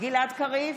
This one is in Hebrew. גלעד קריב,